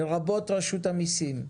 לרבות מרשות המסים,